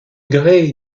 grès